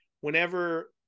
whenever